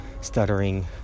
stuttering